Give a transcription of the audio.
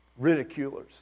ridiculers